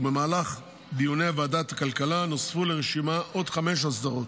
ובמהלך דיוני ועדת הכלכלה נוספו לרשימה עוד חמש אסדרות,